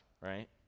right